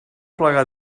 plaga